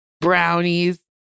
brownies